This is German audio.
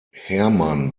hermann